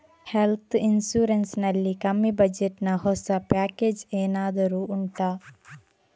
health insurance ನಲ್ಲಿ ಕಮ್ಮಿ budget ನ ಹೊಸ ಪ್ಯಾಕೇಜ್ ಏನಾದರೂ ಉಂಟಾ